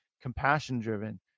compassion-driven